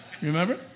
Remember